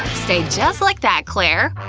stay just like that, claire!